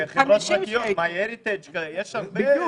וגם חברות פרטיות, למשל MyHeritage, יש הרבה,